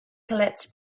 collapsed